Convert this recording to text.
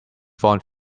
font